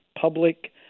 public